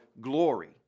glory